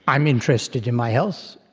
am interested in my health,